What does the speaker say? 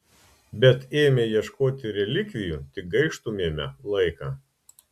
bet ėmę ieškoti relikvijų tik gaištumėme laiką